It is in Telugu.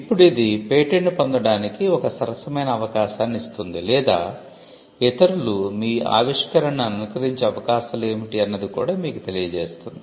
ఇప్పుడు ఇది పేటెంట్ పొందటానికి ఒక సరసమైన అవకాశాన్ని ఇస్తుంది లేదా ఇతరులు మీ ఆవిష్కరణను అనుకరించే అవకాశాలు ఏమిటి అన్నది కూడా మీకు తెలియ చేస్తుంది